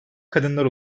kadınlar